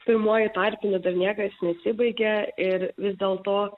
pirmoji tarpinė dar niekas nesibaigia ir vis dėlto